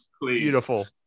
Beautiful